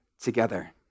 together